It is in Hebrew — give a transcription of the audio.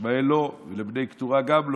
לישמעאל לא וגם לבני קטורה לא,